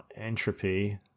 entropy